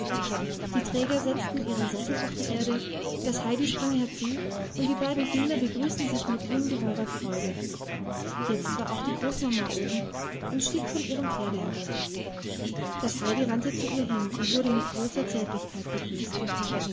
die träger setzten ihren sessel auf die erde das heidi sprang herzu und die beiden kinder begrüßten sich mit ungeheurer freude jetzt war auch die großmama oben und stieg von ihrem pferde herunter das heidi rannte zu ihr hin und wurde mit großer zärtlichkeit begrüßt